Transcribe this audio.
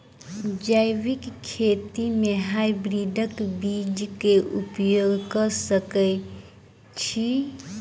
जैविक खेती म हायब्रिडस बीज कऽ उपयोग कऽ सकैय छी?